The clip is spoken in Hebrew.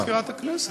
פנה אל מזכירת הכנסת.